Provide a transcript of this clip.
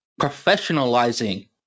professionalizing